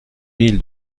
mille